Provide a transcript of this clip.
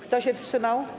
Kto się wstrzymał?